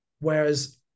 whereas